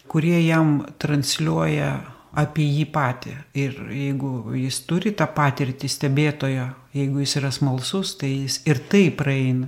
kurie jam transliuoja apie jį patį ir jeigu jis turi tą patirtį stebėtojo jeigu jis yra smalsus tai jis ir tai praeina